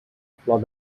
flor